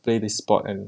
play this sport and